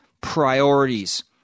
priorities